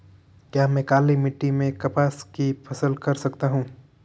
क्या मैं काली मिट्टी में कपास की फसल कर सकता हूँ?